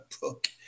book